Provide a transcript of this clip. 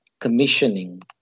commissioning